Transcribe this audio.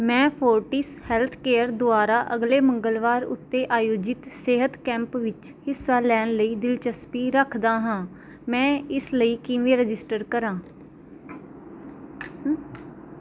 ਮੈਂ Fortis health care ਦੁਆਰਾ ਅਗਲੇ ਮੰਗਲਵਾਰ ਉੱਤੇ ਆਯੋਜਿਤ ਸਿਹਤ ਕੈਂਪ ਵਿੱਚ ਹਿੱਸਾ ਲੈਣ ਲਈ ਦਿਲਚਸਪੀ ਰੱਖਦਾ ਹਾਂ ਮੈਂ ਇਸ ਲਈ ਕਿਵੇਂ ਰਜਿਸਟਰ ਕਰਾਂ